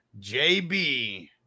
JB